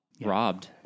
robbed